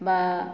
বা